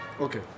Okay